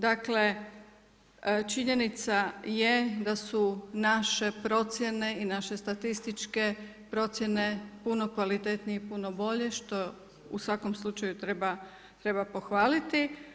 Dakle, činjenica je da su naše procjene i naše statističke procjene puno kvalitetnije i puno bolje što u svakom slučaju treba pohvaliti.